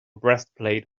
breastplate